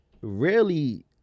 rarely